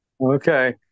Okay